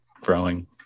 growing